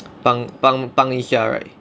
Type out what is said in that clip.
帮帮帮一下 right